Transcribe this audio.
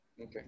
Okay